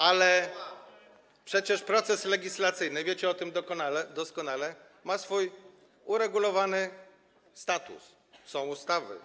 A przecież proces legislacyjny, wiecie o tym doskonale, ma swój uregulowany status, są tu ustawy.